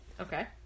Okay